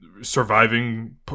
surviving